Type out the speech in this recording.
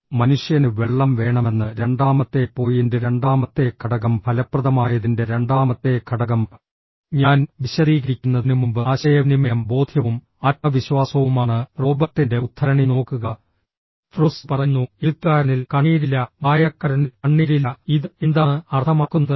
മനുഷ്യന് വെള്ളം വേണമെന്ന് രണ്ടാമത്തെ പോയിന്റ് രണ്ടാമത്തെ ഘടകം ഫലപ്രദമായതിന്റെ രണ്ടാമത്തെ ഘടകം ഞാൻ വിശദീകരിക്കുന്നതിനുമുമ്പ് ആശയവിനിമയം ബോധ്യവും ആത്മവിശ്വാസവുമാണ് റോബർട്ടിൻറെ ഉദ്ധരണി നോക്കുക ഫ്രോസ്റ്റ് പറയുന്നു എഴുത്തുകാരനിൽ കണ്ണീരില്ല വായനക്കാരനിൽ കണ്ണീരില്ല ഇത് എന്താണ് അർത്ഥമാക്കുന്നത് എന്ന്